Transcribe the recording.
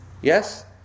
yes